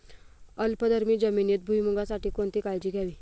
अल्कधर्मी जमिनीत भुईमूगासाठी कोणती काळजी घ्यावी?